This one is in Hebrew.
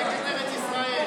נגד ארץ ישראל.